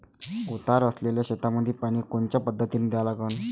उतार असलेल्या शेतामंदी पानी कोनच्या पद्धतीने द्या लागन?